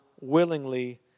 willingly